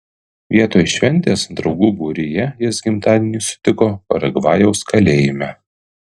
vietoj šventės draugų būryje jis gimtadienį sutiko paragvajaus kalėjime